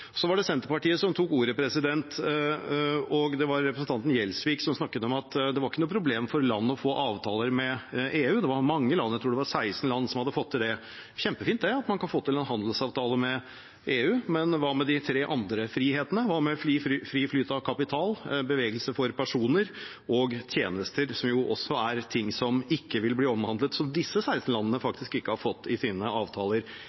så vidt heller ingen grunn til å tvile på. Det som er grunn til å tvile på, er om de vil ha store nok muskler i et regjeringssamarbeid til å få gjennomslag for at dette skal bestå. Senterpartiet tok ordet ved representanten Gjelsvik, som snakket om at det var ikke noe problem for landet å få til avtaler med EU, for det var mange land – jeg tror det var 16 land – som hadde fått til det. Det er kjempefint at man kan få til en handelsavtale med EU, men hva med de tre andre frihetene? Hva med fri